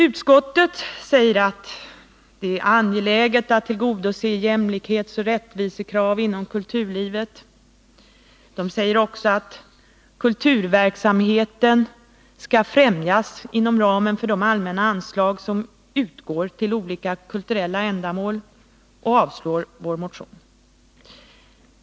Utskottet säger att det är angeläget att tillgodose jämlikhetsoch rättevisekrav inom kulturlivet. Utskottet säger också att kulturverksamheten skall främjas inom ramen för de allmänna anslag som utgår till kulturella ändamål, och man avstyrker vår motion.